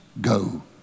go